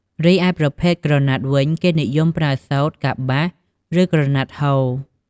រីឯប្រភេទក្រណាត់វិញគេនិយមប្រើសូត្រ កប្បាស ឬក្រណាត់ហូល ។